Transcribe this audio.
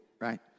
right